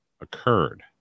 occurred